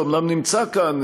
שאומנם נמצא כאן,